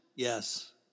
Yes